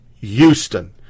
Houston